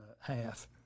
half